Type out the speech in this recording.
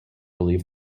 believe